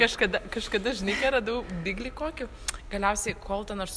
kažkada kažkada žinai ką radau biglį kokį galiausiai kol ten aš